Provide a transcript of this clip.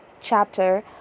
chapter